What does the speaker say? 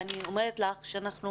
אני אומרת לך שאנחנו